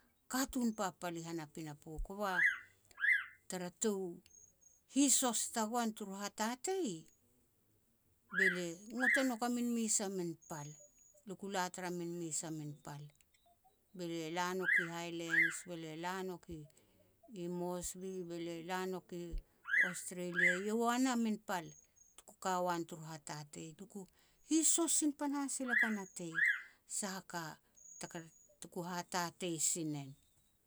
katun papal ni han a pinapo, kova tara tou hisos tagoan turu hatatei, be lia ngot e nouk a min mes a min pal. Luku la tara min mes a min pal, be lia la nouk i Highlands, be lia la nouk i-i Moresby, be lia la nouk i Austrailia. Yowan a min pal tuku ka uan turu hatatei, tuku hisos sin panahas sil lia ka natei, sah a ka taka, tuku hatatei sin en.